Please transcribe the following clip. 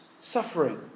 suffering